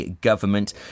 government